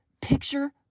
picture